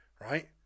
right